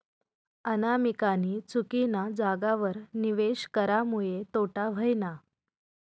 अनामिकानी चुकीना जागावर निवेश करामुये तोटा व्हयना